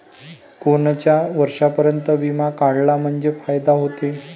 कोनच्या वर्षापर्यंत बिमा काढला म्हंजे फायदा व्हते?